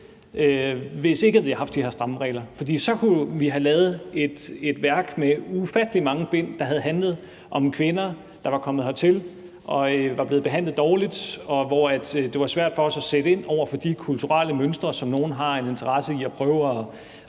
hvis ikke vi havde haft de her stramme regler. For så kunne vi have lavet et værk med ufattelig mange bind, der havde handlet om kvinder, der var kommet hertil og var blevet behandlet dårligt, og hvor det var svært for os at sætte ind over for de kulturelle mønstre, som nogle har en interesse i at prøve at